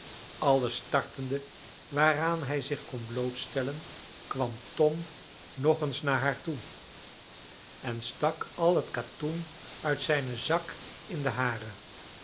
alles tartende waaraan hij zich kon blootstellen kwam tom nog eens naar haar toe en stak al het katoen uit zijnen zak in de hare